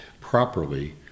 properly